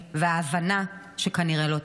וההבנה שכנראה לא תספיק.